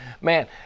man